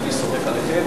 אני סומך עליכם,